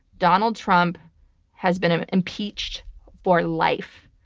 donald trump has been ah impeached for life,